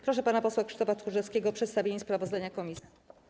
Proszę pana posła Krzysztofa Tchórzewskiego o przedstawienie sprawozdania komisji.